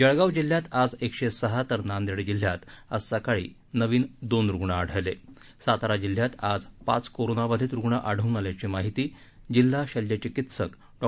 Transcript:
जळगाव जिल्ह्यात आज एकशे सहा तर नांदेड जिल्ह्यात आज सकाळी नवीन दोन रुग्ण आढळले सातारा जिल्ह्यात आज पाच कोरोनाबाधित रुग्ण आढळुन आल्याची माहिती जिल्हा शल्यचिकित्सक डॉ